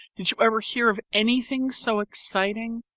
did you ever hear of anything so exciting?